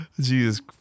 Jesus